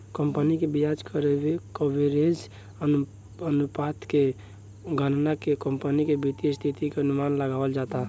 company के ब्याज coverage अनुपात के गणना के कंपनी के वित्तीय स्थिति के अनुमान लगावल जाता